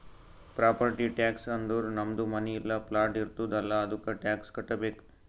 property tax ಅಂದುರ್ ನಮ್ದು ಮನಿ ಇಲ್ಲಾ ಪ್ಲಾಟ್ ಇರ್ತುದ್ ಅಲ್ಲಾ ಅದ್ದುಕ ಟ್ಯಾಕ್ಸ್ ಕಟ್ಟಬೇಕ್